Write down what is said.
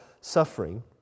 suffering